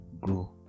grow